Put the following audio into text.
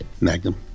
Magnum